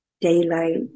daylight